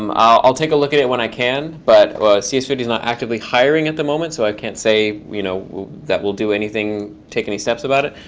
um i'll take a look at it when i can, but c s five zero is not actively hiring at the moment. so i can't say you know that we'll do anything, take any steps about it,